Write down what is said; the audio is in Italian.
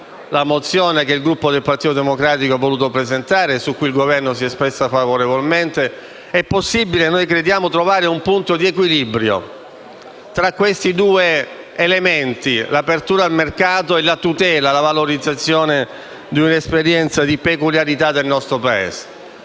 la mozione che il Gruppo del Partito Democratico ha voluto presentare e su cui il Governo si è espresso favorevolmente - trovare un punto di equilibrio tra questi due elementi: l'apertura al mercato e la tutela e la valorizzazione di un'esperienza di peculiarità del nostro Paese.